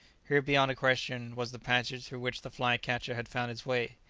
here beyond a question was the passage through which the fly-catcher had found his way.